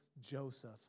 Joseph